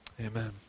amen